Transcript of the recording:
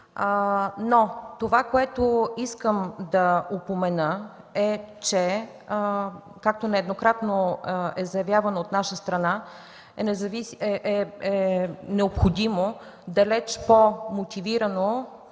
но това, което искам да упомена е, че, както нееднократно е заявявано от наша страна, е необходимо далеч по-мотивирано